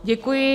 Děkuji.